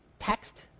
Text